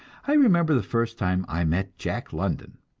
i remember the first time i met jack london.